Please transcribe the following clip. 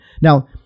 Now